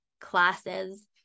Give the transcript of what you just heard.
classes